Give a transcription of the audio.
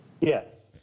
Yes